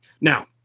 Now